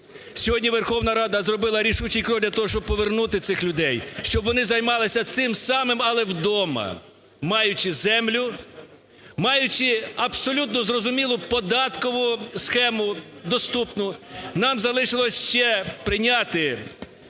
Сьогодні Верховна Рада зробила рішучий крок для того, щоб повернути цих людей, щоб вони займалися цим самим, але вдома, маючи землю, маючи абсолютно зрозумілу податкову схему доступну. Нам залишилося ще прийняти